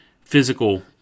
physical